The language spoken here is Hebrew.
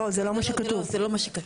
לא, אבל זה לא מה שכתוב.